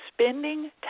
spending